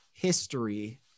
history